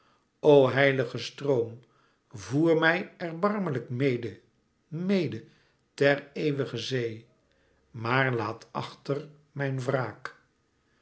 o heilige stroom voer mij erbarmelijk mede mede ter eeuwige zee maar laat achter mijn wraak